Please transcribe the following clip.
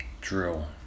Drill